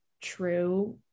True